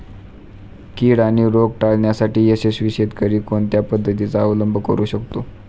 कीड आणि रोग टाळण्यासाठी यशस्वी शेतकरी कोणत्या पद्धतींचा अवलंब करू शकतो?